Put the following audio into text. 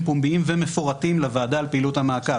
פומביים ומפורטים לוועדה על פעילות המעקב,